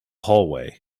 hallway